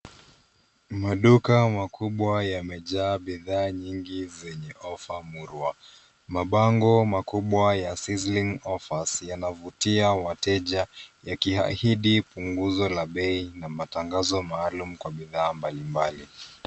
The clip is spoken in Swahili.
Maduka makubwa yamejaa bidhaa nyingi zenye ofa murwa. Mabango makubwa ya sizzling offers yanavutia wateja yakiahidi punguzo la bei na matangazo maalum kwa bidhaa mbalimbali.